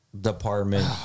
department